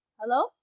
hello